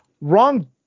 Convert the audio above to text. Wrong